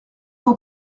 cent